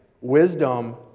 wisdom